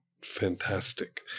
fantastic